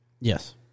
Yes